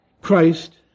Christ